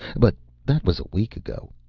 but that was a week ago.